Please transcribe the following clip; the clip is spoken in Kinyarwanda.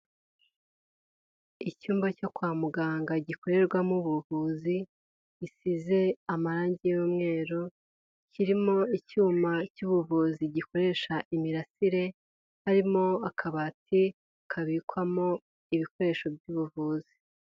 Icyumba cyo kwa muganga gikorerwamo ubuvuzi gisize amarange y'umweru kirimo icyuma cy'ubuvuzi gikoresha imirasire, harimo akabati kabikwamo ibikoresho by'ubuvuzi.